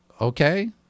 okay